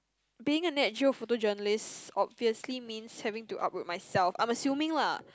being a nat-geo photojournalist obviously means having to uproot myself I'm assuming lah